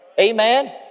Amen